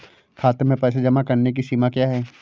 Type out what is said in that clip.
खाते में पैसे जमा करने की सीमा क्या है?